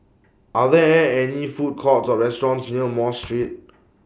Are There An any Food Courts Or restaurants near Mosque Street